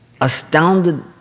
Astounded